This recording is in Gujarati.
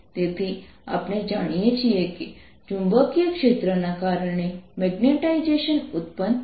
તેથી આપણે જાણીએ છીએ કે ચુંબકીય ક્ષેત્રના કારણે મેગ્નેટાઇઝેશન ઉત્પન્ન થાય છે